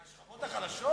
מהשכבות החלשות?